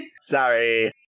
Sorry